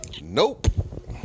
Nope